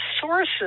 sources